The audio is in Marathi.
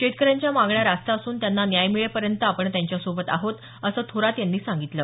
शेतकऱ्यांच्या मागण्या रास्त असून त्यांना न्याय मिळेपर्यंत आपण त्यांच्यासोबत आहोत असं थोरात यांनी सांगितलं